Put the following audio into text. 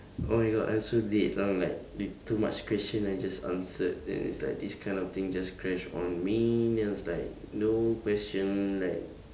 oh my god I'm so dead I'm like read too much question I just answered and it's like this kind of thing just crash on me now it's like no question left